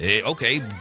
okay